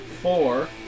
four